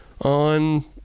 on